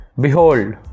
Behold